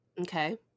Okay